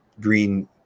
green